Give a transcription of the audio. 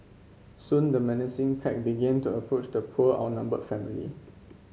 soon the menacing pack began to approach the poor outnumbered family